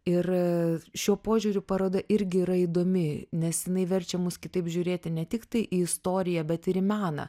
ir šiuo požiūriu paroda irgi yra įdomi nes jinai verčia mus kitaip žiūrėti ne tiktai į istoriją bet ir į meną